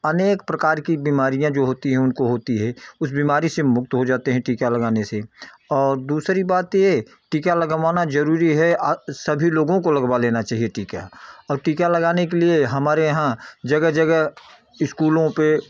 अनेक प्रकार की बीमारियाँ जो होती हैं उनको होती हैं उस बीमारी से मुक्त हो जाते हैं टीका लगाने से और दूसरी बात ये टीका लगवाना ज़रूरी है आ सभी लोगों को लगवाना लेना चाहिए टीका और टीका लगाने के लिए हमारे यहाँ जगह जगह इस्कूलों पे